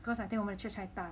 cause I think 我们的 church 太大